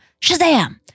Shazam